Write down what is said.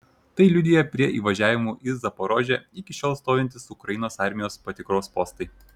tai liudija prie įvažiavimų į zaporožę iki šiol stovintys ukrainos armijos patikros postai